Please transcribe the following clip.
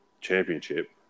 Championship